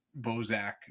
Bozak